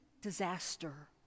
disaster